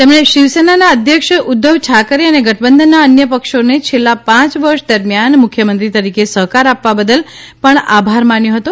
તેમણે શિવસેનાના અધ્યક્ષ ઉધ્ધવ ઠાકરે અને ગઠબંધનના અન્ય પક્ષોને છેલ્લા પાંચ વર્ષ દરમિયાન મુખ્યમંત્રી તરીકે સહકાર આપવા બદલ પણ આભાર માન્યો હતો